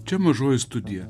čia mažoji studija